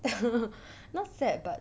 not sad but